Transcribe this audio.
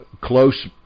close